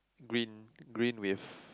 green green with